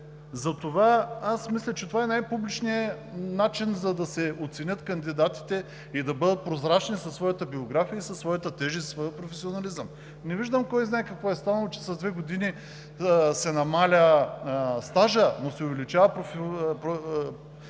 Затова мисля, че това е най-публичният начин, за да се оценят кандидатите и да бъдат прозрачни със своята биография, и със своята тежест, и със своя професионализъм. Не виждам кой знае какво е станало, че с две години се намалява стажът, но се увеличава професионалният